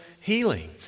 healing